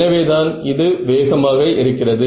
எனவேதான் இது வேகமாக இருக்கிறது